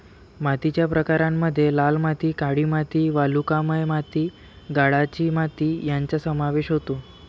मातीच्या प्रकारांमध्ये लाल माती, काळी माती, वालुकामय माती, गाळाची माती यांचा समावेश होतो